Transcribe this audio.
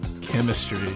Chemistry